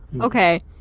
Okay